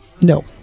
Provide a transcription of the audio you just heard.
No